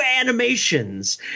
animations